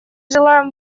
желаем